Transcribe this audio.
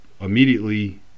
immediately